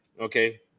Okay